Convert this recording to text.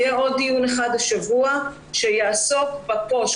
יהיה עוד דיון אחד השבוע שיעסוק בפו"ש,